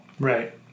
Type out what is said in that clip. Right